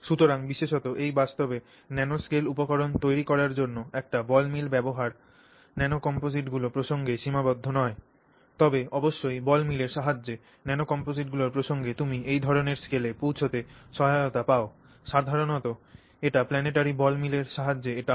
সুতরাং বিশেষত এবং বাস্তবে ন্যানোস্কেল উপকরণ তৈরি করার জন্য একটি বল মিল ব্যবহার ন্যানোকম্পোজিটগুলি প্রসঙ্গেই সীমাবদ্ধ নয় তবে অবশ্যই বল মিলের সাহায্যে ন্যানোকম্পোজিটগুলির প্রসঙ্গে তুমি এই ধরণের স্কেলে পৌঁছাতে সহায়তা পাও সাধারণত এট planetary ball mill এর সাহায্যেই এটা হয়